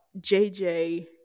jj